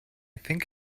think